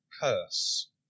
curse